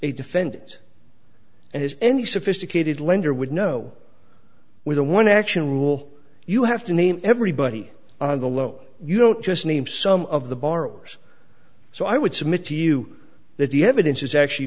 a defendant and has any sophisticated lender would know with a one action rule you have to name everybody on the loan you don't just name some of the borrowers so i would submit to you that the evidence is actually